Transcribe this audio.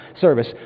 service